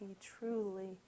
truly